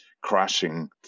crashing